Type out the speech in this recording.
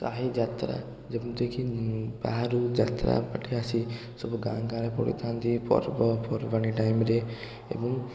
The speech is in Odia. ସାହି ଯାତ୍ରା ଯେମିତିକି ବାହାରୁ ଯାତ୍ରା ପାର୍ଟି ଆସି ସବୁ ଗାଁ ଗାଁରେ ପଡ଼ିଥାନ୍ତି ପର୍ବ ପର୍ବାଣି ଟାଇମରେ ଏବଂ